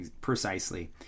Precisely